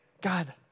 God